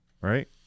right